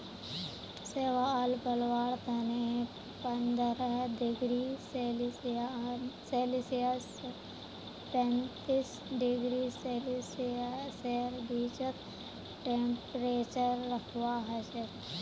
शैवाल पलवार तने पंद्रह डिग्री सेल्सियस स पैंतीस डिग्री सेल्सियसेर बीचत टेंपरेचर रखवा हछेक